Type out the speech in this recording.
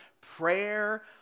prayer